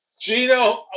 Gino